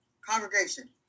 Congregation